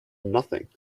nothing